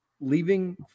Leaving